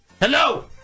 Hello